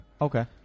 Okay